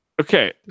Okay